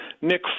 Nick